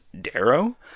Darrow